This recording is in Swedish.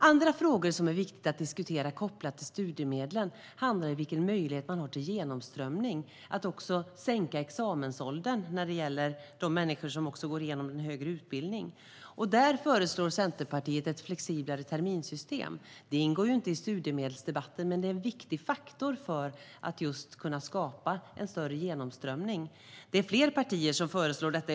Andra frågor som är viktiga att diskutera kopplat till studiemedlen är vilken möjlighet man har till genomströmning och att sänka examensåldern för de människor som går igenom en högre utbildning. Där föreslår Centerpartiet ett flexiblare terminssystem. Detta ingår i studiemedelsdebatten, men det är en viktig faktor för att kunna skapa en större genomströmning. Det är fler partier som föreslår detta.